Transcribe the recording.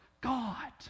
God